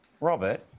Robert